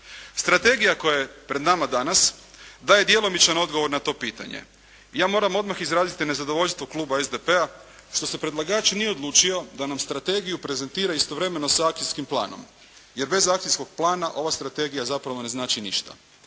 Strategija koja je pred nama danas, daje djelomičan odgovor na to pitanje. Ja moram odmah izraziti nezadovoljstvo kluba SDP-a što se predlagač nije odlučio da nam strategiju prezentira istovremeno sa akcijskim planom, jer bez akcijskog plana ova strategija zapravo ne znači ništa.